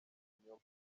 ikinyoma